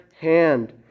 hand